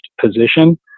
position